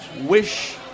wish